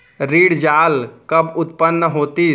ऋण जाल कब उत्पन्न होतिस?